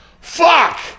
Fuck